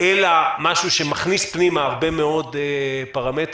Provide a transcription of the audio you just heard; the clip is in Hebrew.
אלא משהו שמכניס פנימה הרבה מאוד פרמטרים